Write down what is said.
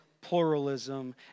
pluralism